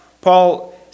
Paul